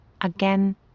Again